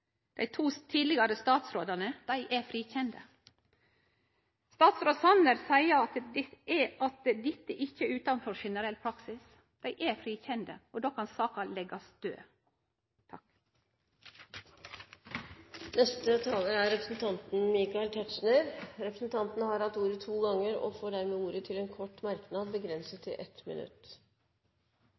dei to tidlegare statsrådane er frikjende. Statsråd Sanner seier at dette ikkje er utanfor generell praksis. Dei er frikjende, og da kan saka leggjast død. Representanten Michael Tetzschner har hatt ordet to ganger tidligere og får ordet til en kort merknad, begrenset til 1 minutt.